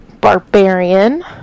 Barbarian